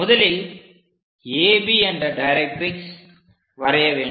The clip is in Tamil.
முதலில் AB என்ற டைரக்ட்ரிக்ஸ் வரைய வேண்டும்